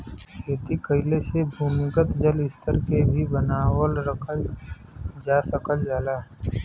खेती कइले से भूमिगत जल स्तर के भी बनावल रखल जा सकल जाला